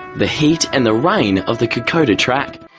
the heat, and the rain of the kokoda track.